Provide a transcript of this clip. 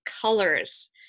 colors